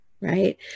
right